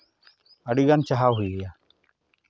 ᱟᱹᱰᱤᱜᱟᱱ ᱪᱟᱦᱟᱣ ᱦᱩᱭᱟᱭᱟ